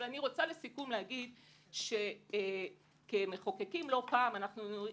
אז אומר לסיכום שכמחוקקים לא פעם אנחנו רואים,